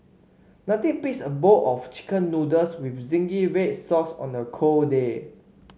nothing beats a bowl of chicken noodles with zingy red sauce on a cold day